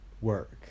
work